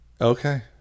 Okay